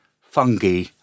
fungi